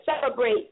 celebrate